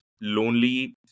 lonely